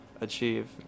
achieve